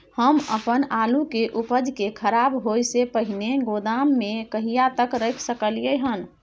हम अपन आलू के उपज के खराब होय से पहिले गोदाम में कहिया तक रख सकलियै हन?